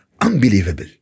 unbelievable